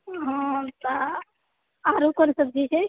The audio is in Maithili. हँ तऽ आरो कोन सब्जी छै